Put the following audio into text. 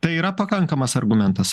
tai yra pakankamas argumentas